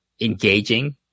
engaging